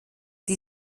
die